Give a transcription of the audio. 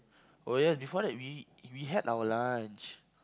oh ya before that we we had our lunch